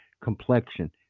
complexion